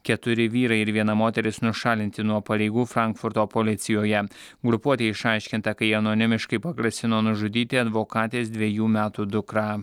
keturi vyrai ir viena moteris nušalinti nuo pareigų frankfurto policijoje grupuotė išaiškinta kai anonimiškai pagrasino nužudyti advokatės dvejų metų dukrą